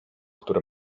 które